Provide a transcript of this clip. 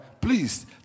please